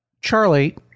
Charlie